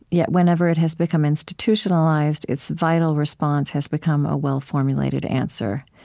yet whenever it has become institutionalized, its vital response has become a well formulated answer.